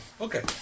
Okay